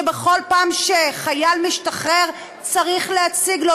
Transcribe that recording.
שבכל פעם שחייל משתחרר צריך להציג לו,